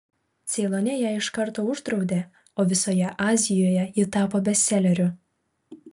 ceilone ją iš karto uždraudė o visoje azijoje ji tapo bestseleriu